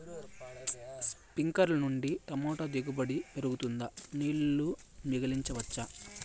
స్ప్రింక్లర్లు నుండి టమోటా దిగుబడి పెరుగుతుందా? నీళ్లు మిగిలించవచ్చా?